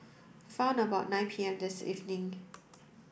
round about nine P M this evening